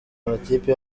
amakipe